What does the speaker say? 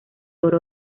oro